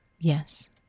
Yes